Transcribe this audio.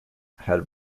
had